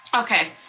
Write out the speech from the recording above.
okay.